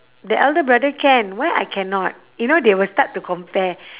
the elder brother can why I cannot you know they will start to compare